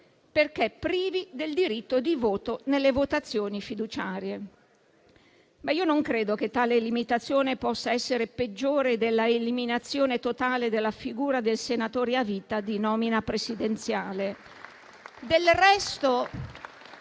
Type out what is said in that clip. perché privi del diritto di voto nelle votazioni fiduciarie. Ma io non credo che tale limitazione possa essere peggiore della eliminazione totale della figura del senatore a vita di nomina presidenziale.